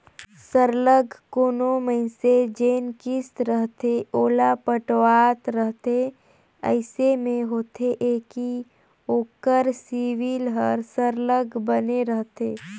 सरलग कोनो मइनसे जेन किस्त रहथे ओला पटावत रहथे अइसे में होथे ए कि ओकर सिविल हर सरलग बने रहथे